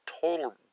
total